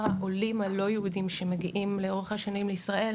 העולים הלא יהודים שמגיעים לאורך השנים לישראל,